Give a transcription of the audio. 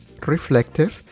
reflective